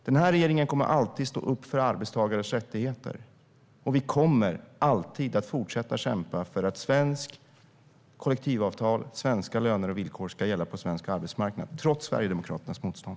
Den här regeringen kommer alltid att stå upp för arbetstagares rättigheter, och vi kommer alltid att fortsätta kämpa för att svenska kollektivavtal, löner och villkor ska gälla på svensk arbetsmarknad, trots Sverigedemokraternas motstånd.